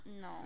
No